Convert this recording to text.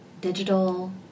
digital